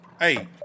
Hey